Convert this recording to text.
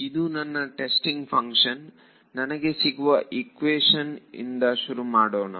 ಇದು ನನ್ನ testing function ನನಗೆ ಸಿಗುವ ಇಕ್ವೇಶನ್ ಇಂದ ಶುರು ಮಾಡೋಣ